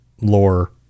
lore